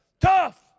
Tough